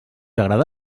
agrada